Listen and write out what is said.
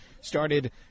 started